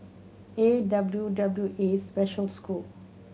A W W A Special School